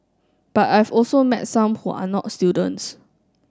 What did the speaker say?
but I've also met some who are not students